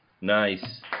Nice